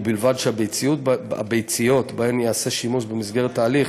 ובלבד שהביציות שבהן ייעשה שימוש במסגרת ההליך